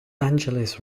angeles